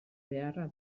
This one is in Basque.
beharra